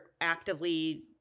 actively